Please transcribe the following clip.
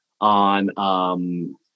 on